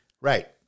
right